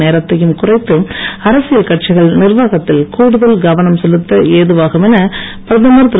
நேரத்தையும் குறைத்து அரசியல் கட்சிகள் நிர்வாகத்தில் கூடுதல் கவனம் செலுத்த ஏதுவாகும் என பிரதமர் திரு